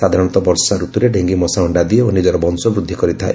ସାଧାରଣତଃ ବର୍ଷା ରତୁରେ ଡେଙ୍ଗୀ ମଶା ଅଣ୍ଡା ଦିଏ ଓ ନିଜର ବଂଶବୃଦ୍ଧି କରିଥାଏ